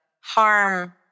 harm